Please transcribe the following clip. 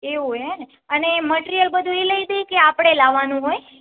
એવું હેને અને મટ્રિયલ બધું એ લઈ દે કે આપડે લાવાનું હોય